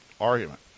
argument